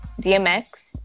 DMX